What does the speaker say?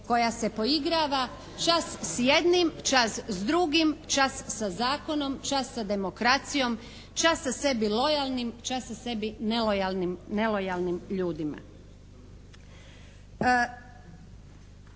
koja se poigrava čas s jednim, čas s drugim, čas sa zakonom, čas sa demokracijom, čas sa sebi lojalnim, čas sa sebi nelojalnim ljudima.